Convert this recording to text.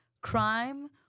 crime